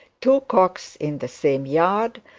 two cocks in the same yard,